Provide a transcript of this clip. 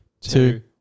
two